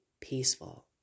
peaceful